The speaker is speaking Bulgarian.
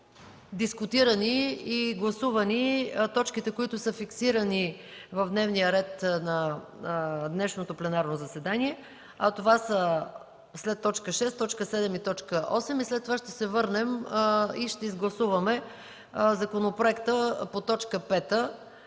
дискутирани и гласувани точките, които са фиксирани в дневния ред на днешното пленарно заседание, а това са след т. 6, т. 7 и т. 8 и след това ще се върнем и ще гласуваме законопроекта по т. 5,